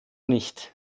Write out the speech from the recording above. nicht